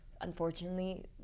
Unfortunately